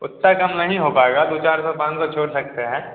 उतना कम नहीं हो पाएगा दो चार सौ पाँच सौ छोड़ सकते हैं